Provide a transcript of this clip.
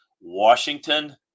Washington